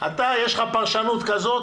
לך יש פרשנות כזאת,